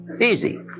easy